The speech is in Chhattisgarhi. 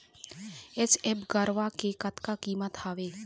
एच.एफ गरवा के कतका कीमत हवए?